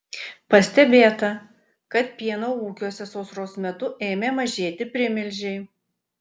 pastebėta kad pieno ūkiuose sausros metu ėmė mažėti primilžiai